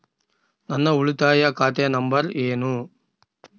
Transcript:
ನನ್ನ ಉಳಿತಾಯ ಖಾತೆ ನಂಬರ್ ಏನು?